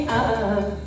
up